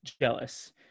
jealous